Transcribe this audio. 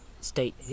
State